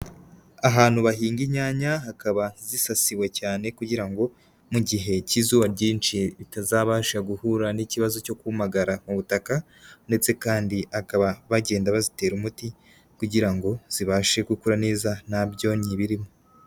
Ahantu bahinga inyanya hakaba zisasiwe cyane kugira ngo mu gihe cy'izuba ryinshi zitazabasha guhura n'ikibazo cyo kumagara mu butaka ndetse kandi bakaba bagenda bazitera umuti kugira ngo zibashe gukura neza nta byonyo birimo.